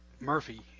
Murphy